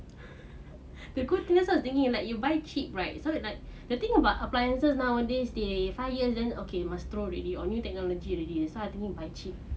the good thing is that's why I thinking you buy cheap right so is like the thing about appliances nowadays they five years then okay must throw already or new technology already so I think buy cheap ya buy cheap or like you you have to do your homework ah